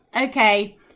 okay